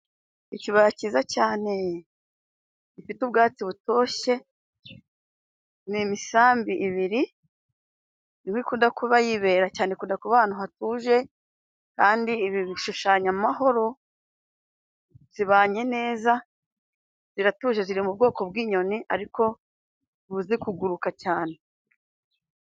Ikibaya cyiza cyanee! Gifite ubwatsi butoshye. Ni imisambi ebyiri. Ni mo ikunda kuba yibera cyane. Ikunda kuba ahantu hatuje, kandi ibi bishushanya amahoro. Ibanye neza, iratuje cyane, kandi iri mu bwoko bw'inyoni zizi kuguruka cyane.